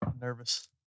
Nervous